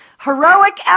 heroic